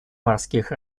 морских